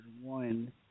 one